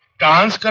does